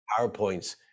PowerPoints